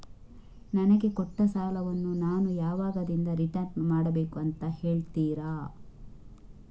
ನನಗೆ ಕೊಟ್ಟ ಸಾಲವನ್ನು ನಾನು ಯಾವಾಗದಿಂದ ರಿಟರ್ನ್ ಮಾಡಬೇಕು ಅಂತ ಹೇಳ್ತೀರಾ?